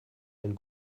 ein